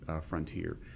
frontier